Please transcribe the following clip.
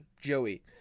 Joey